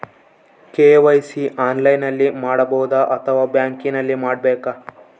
KYC ಆನ್ಲೈನಲ್ಲಿ ಮಾಡಬಹುದಾ ಅಥವಾ ಬ್ಯಾಂಕಿನಲ್ಲಿ ಮಾಡ್ಬೇಕಾ?